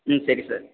ம் சரி சார்